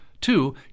Two